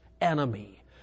enemy